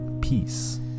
peace